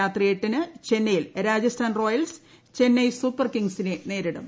രാത്രി എട്ടിന് ചെന്നൈയിൽ Rajasthan Royals Chennai Super കിംഗ്സിനെ നേരിടും